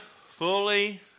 fully